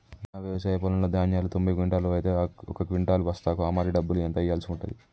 నా వ్యవసాయ పొలంలో ధాన్యాలు తొంభై క్వింటాలు అయితే ఒక క్వింటా బస్తాకు హమాలీ డబ్బులు ఎంత ఇయ్యాల్సి ఉంటది?